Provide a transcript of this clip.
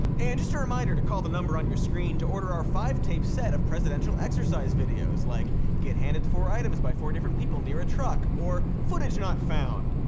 and just a reminder to call the number on your screen to order our five-tape set of presidential exercise videos, like get handed four items by four different people near a truck, or footage not found.